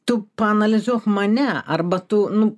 tu paanalizuok mane arba tu nu